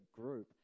group